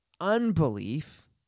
unbelief